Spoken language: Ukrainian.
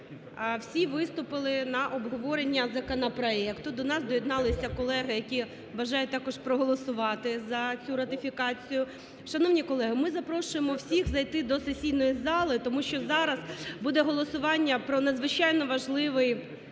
Всі виступили на обговорення законопроекту. До нас доєдналися колеги, які бажають також проголосувати за цю ратифікацію. Шановні колеги, ми запрошуємо всіх зайти до сесійної зали, тому що зараз буде голосування про надзвичайно важливий